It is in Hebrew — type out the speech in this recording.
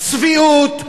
צביעות.